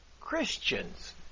Christians